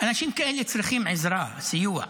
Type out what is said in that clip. אנשים כאלה צריכים עזרה, סיוע,